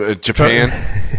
Japan